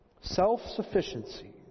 Self-sufficiency